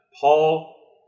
Paul